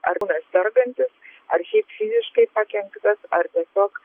arba sergantis ar šiaip fiziškai pakenktas ar tiesiog